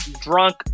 drunk